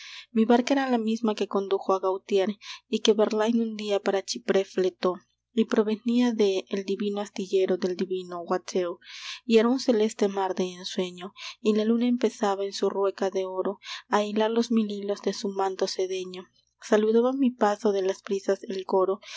mi barca era la misma que condujo a gautier y que verlaine un día para chipre fletó y provenía de el divino astillero del divino watteau y era un celeste mar de ensueño y la luna empezaba en su rueca de oro a hilar los mil hilos de su manto sedeño saludaba mi paso de las brisas el coro